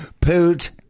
poot